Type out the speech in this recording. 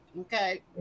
okay